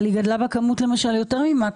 אבל היא גדלה בכמות יותר מ-MAX, למשל, שהופרדה.